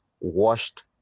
washed